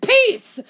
Peace